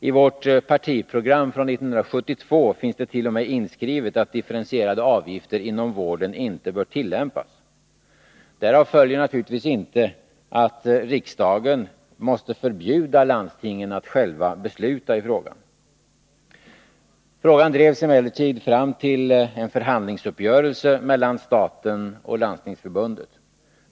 I vårt partiprogram från 1972 finns det t.o.m. inskrivet att differentierade avgifter inom vården inte bör tillämpas. Därav följer naturligtvis inte att riksdagen måste förbjuda landstingen att själva besluta i frågan. Frågan drevs emellertid fram till en förhandlingsuppgörelse mellan staten och Landstingsförbundet.